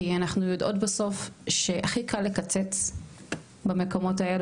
כי אנחנו יודעות בסוף שהכי קל לקצץ במקומות האלה,